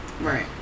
Right